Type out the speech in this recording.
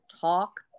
talk